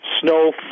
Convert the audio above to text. snow